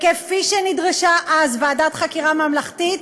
כפי שנדרשה אז ועדת חקירה ממלכתית,